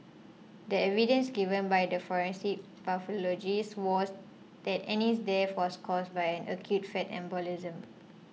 the evidence given by the forensic pathologist was that Annie's death was caused by acute fat embolism